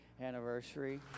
anniversary